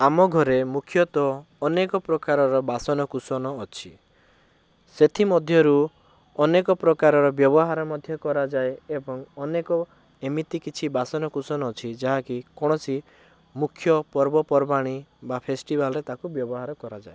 ଆମ ଘରେ ମୁଖ୍ୟତଃ ଅନେକ ପ୍ରକାରର ବାସନକୁସନ ଅଛି ସେଥିମଧ୍ୟରୁ ଅନେକ ପ୍ରକାରର ବ୍ୟବହାର ମଧ୍ୟ କରାଯାଏ ଏବଂ ଅନେକ ଏମିତି କିଛି ବାସନକୁସନ ଅଛି ଯାହାକି କୌଣସି ମୁଖ୍ୟ ପର୍ବପର୍ବାଣୀ ବା ଫେସ୍ଟିଭାଲରେ ତାକୁ ବ୍ୟବହାର କରାଯାଏ